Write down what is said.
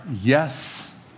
yes